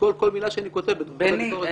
לשקול כל מילה שאני כותב בדוח הביקורת.